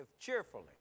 cheerfully